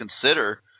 consider